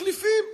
מחליפים,